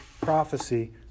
prophecy